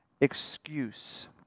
excuse